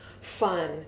fun